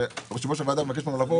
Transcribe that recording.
וכשיושב-ראש הוועדה מבקש ממנו לבוא,